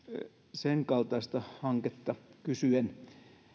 senkaltaista hanketta kysyen että